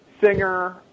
singer